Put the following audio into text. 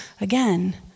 again